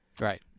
Right